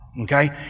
okay